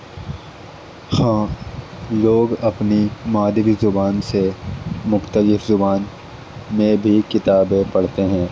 ہاں لوگ اپنی مادری زبان سے مختلف زبان میں بھی کتابیں پڑھتے ہیں